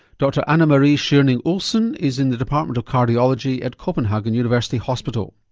dr anne-marie schjerning olsen is in the department of cardiology at copenhagen university hospital.